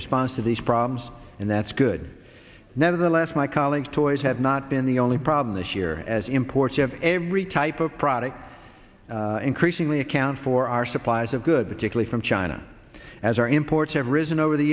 response to these problems and that's good nevertheless my colleagues toys have not been the only problem this year as imports have every type of product increasingly account for our supplies of good sickly from china as our imports have risen over the